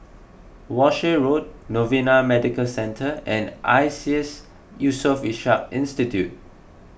Walshe Road Novena Medical Centre and Iseas Yusof Ishak Institute